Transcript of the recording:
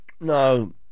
no